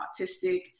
autistic